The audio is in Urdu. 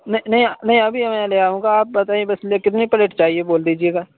نہیں نہیں نہیں ابھی میں لے آؤنگا آپ بتائیے بس کتنی پلیٹ چاہیے بول دیجیے گا